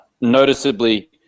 noticeably